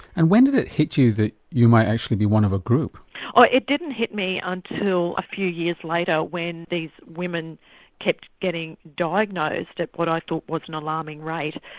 and when did it hit you that you might actually be one of a group? oh it didn't hit me until a few years later when these women kept getting diagnosed at what i thought was an alarming rate.